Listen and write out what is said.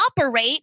operate